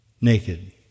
naked